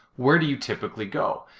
where do you typically go?